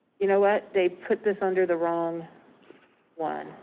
you know what they put this under the wrong one.